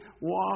walk